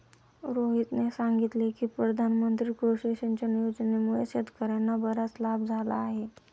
रोहितने सांगितले की प्रधानमंत्री कृषी सिंचन योजनेमुळे शेतकर्यांना बराच लाभ झाला आहे